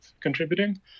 contributing